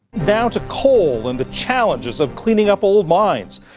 now to coal, and the challenges of cleaning up old mines.